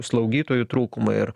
slaugytojų trūkumą ir